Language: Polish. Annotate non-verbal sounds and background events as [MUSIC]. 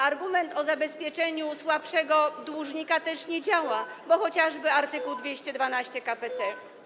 Argument o zabezpieczeniu słabszego dłużnika też nie działa, [NOISE] bo jest chociażby art. 212 k.p.c.